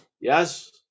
Yes